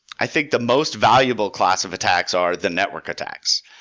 i think the most valuable class of attacks are the network attacks.